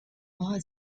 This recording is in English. all